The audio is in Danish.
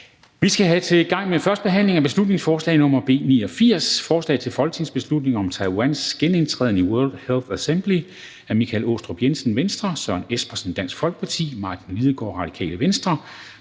på dagsordenen er: 2) 1. behandling af beslutningsforslag nr. B 89: Forslag til folketingsbeslutning om Taiwans genindtræden i World Health Assembly. Af Michael Aastrup Jensen (V), Søren Espersen (DF), Martin Lidegaard (RV), Naser